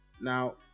Now